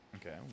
Okay